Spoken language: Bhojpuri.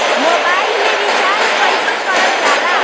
मोबाइल में रिचार्ज कइसे करल जाला?